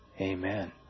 Amen